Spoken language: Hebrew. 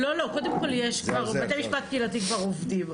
בתי משפט קהילתי כבר עובדים.